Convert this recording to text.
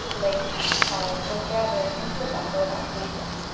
laced, tied, or gathered into a buckle about the ankle.